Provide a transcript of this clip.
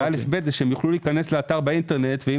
אל"ף בי"ת זה שיוכלו להיכנס לאתר באינטרנט ואם